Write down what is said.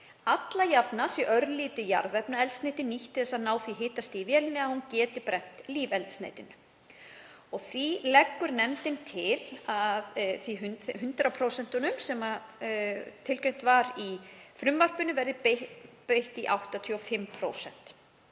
Alla jafna sé örlítið jarðefnaeldsneyti nýtt til þess að ná því hitastigi í vélinni að hún geti brennt lífeldsneytinu. Því leggur nefndin til að 100%, sem tilgreind voru í frumvarpinu, verði breytt í 85%.